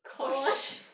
kosh